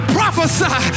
prophesy